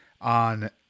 on